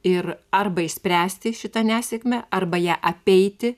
ir arba išspręsti šitą nesėkmę arba ją apeiti